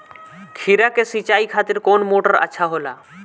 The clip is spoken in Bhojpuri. खीरा के सिचाई खातिर कौन मोटर अच्छा होला?